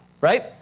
Right